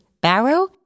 Barrow